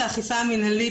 המנהלית,